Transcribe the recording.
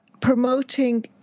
promoting